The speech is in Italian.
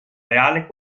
reale